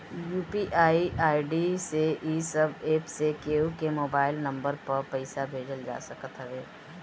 UPI ID से इ सब एप्प से केहू के मोबाइल नम्बर पअ पईसा भेजल जा सकत हवे